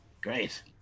Great